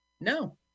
No